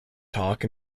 talk